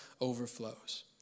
overflows